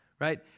Right